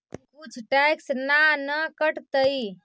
कुछ टैक्स ना न कटतइ?